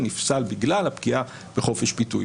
נפסל בגלל הפגיעה בחופש ביטוי.